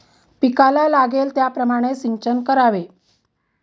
पिकाला लागेल त्याप्रमाणे सिंचन करावे